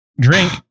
drink